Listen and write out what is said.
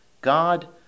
God